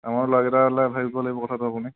আমাৰো ল'ৰাকেইটালৈ ভাবিব লাগিব কথাটো আপুনি